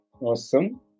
Awesome